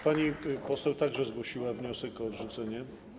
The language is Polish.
Pani poseł także zgłosiła wniosek o odrzucenie.